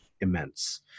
immense